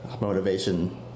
motivation